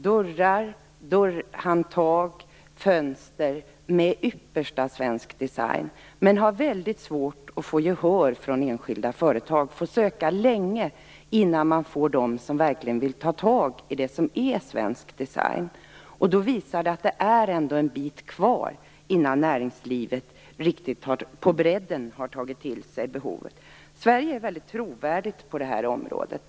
Dörrar, dörrhandtag och fönster skulle ha den yppersta svenska designen. Men man har haft väldigt svårt att få gehör från enskilda företag. Man får söka länge innan man verkligen får någon som vill ta tag i det som är svensk design. Detta visar att det ändå är en bit kvar innan näringslivet riktigt på bredden har tagit till sig behovet. Sverige är väldigt trovärdigt på det här området.